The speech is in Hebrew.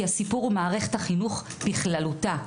כי הסיפור הוא מערכת החינוך בכללותה.